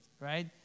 right